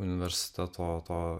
universiteto to